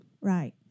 right